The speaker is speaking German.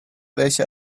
welche